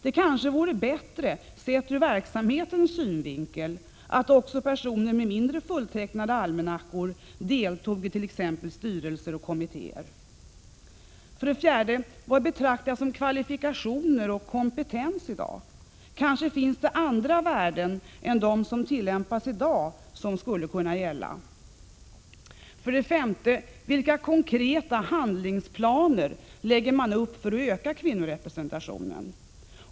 Det kanske vore bättre, sett ur verksamhetens synvinkel, att också personer med mindre fulltecknade almanackor ingick i t.ex. styrelser och kommittéer? 4. Vad betraktas som kvalifikationer och kompetens i dag? Kanske finns det andra värden än dem som tillämpas i dag som skulle kunna gälla? 5. Vilka konkreta handlingsplaner lägger man upp för att öka kvinnorepresentationen?